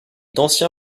d’ancien